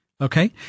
Okay